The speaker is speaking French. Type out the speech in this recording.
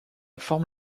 forme